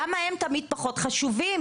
למה הם תמיד פחות חשובים?